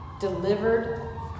delivered